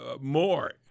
more